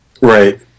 Right